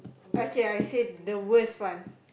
okay I said the worst one